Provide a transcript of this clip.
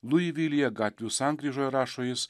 lui vilija gatvių sankryžoje rašo jis